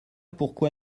pourquoi